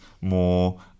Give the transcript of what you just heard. more